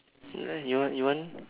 ya you want you want